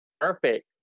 Perfect